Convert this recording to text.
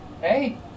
Hey